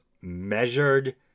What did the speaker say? measured